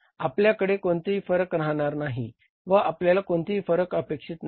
आपल्याकडे कोणतेही फरक राहणार नाही व आपल्याला कोणतेही फरक अपेक्षित नाही